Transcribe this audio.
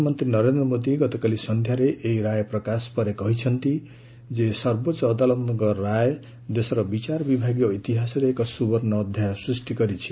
ପ୍ରଧାନମନ୍ତ୍ରୀ ନରେନ୍ଦ୍ର ମୋଦି ଗତକାଲି ସନ୍ଧ୍ୟାରେ ଏହି ରାୟ ପ୍ରକାଶ ପରେ କହିଛନ୍ତି ଯେ ସର୍ବୋଚ୍ଚ ଅଦାଲତଙ୍କ ରାୟ ଦେଶର ବିଚାର ବିଭାଗୀୟ ଇତିହାସରେ ଏକ ସ୍ରବର୍ଷ ଅଧ୍ୟାୟ ସ୍କ୍ଷି କରିଛି